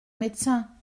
médecin